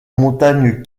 montagne